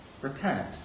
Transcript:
repent